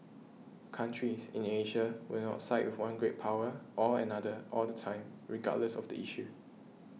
countries in Asia will not side with one great power or another all the time regardless of the issue